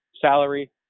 salary